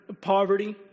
poverty